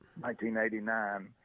1989